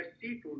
seafood